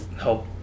help